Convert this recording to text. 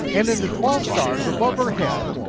and in the twelve stars above her head,